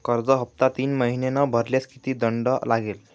कर्ज हफ्ता तीन महिने न भरल्यास किती दंड लागेल?